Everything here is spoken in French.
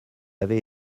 avait